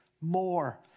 more